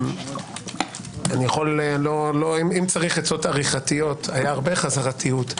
אם צריך עצות עריכתיות, היו הרבה חזרתיות.